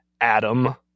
adam